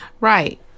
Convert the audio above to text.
Right